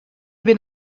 bet